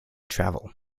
travel